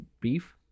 beef